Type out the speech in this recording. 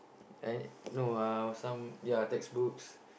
I no uh or some ya textbooks